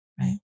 right